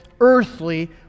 earthly